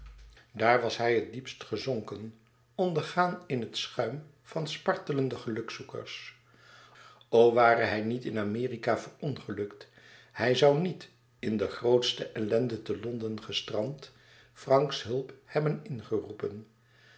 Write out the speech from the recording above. daar was hij het diepst gezonken ondergegaan in het schuim van spartelende gelukzoekers o ware hij niet in amerika verongelukt hij zoû niet in de grootste ellende te londen gestrand franks hulp hebben ingeroepen